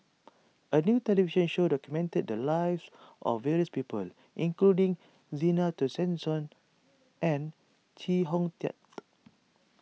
a new television show documented the lives of various people including Zena Tessensohn and Chee Hong Tat